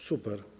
Super.